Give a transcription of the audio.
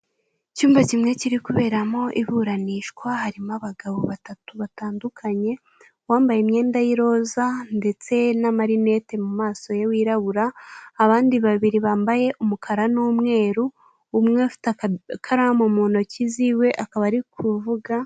Icyumba kimwe kiri kuberamo iburanishwa harimo abagabo batatu batandukanye ,uwambaye imyenda y'iroza ndetse n'amarinete mu maso ye wirabura abandi babiri bambaye umukara n'umweru ,umwe afite agakaramu mu ntoki ziwe akaba ari kuvuga.